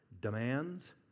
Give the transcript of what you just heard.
demands